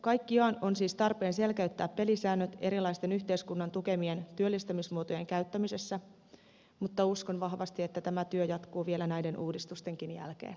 kaikkiaan on siis tarpeen selkeyttää pelisäännöt erilaisten yhteiskunnan tukemien työllistämismuotojen käyttämisessä mutta uskon vahvasti että tämä työ jatkuu vielä näiden uudistustenkin jälkeen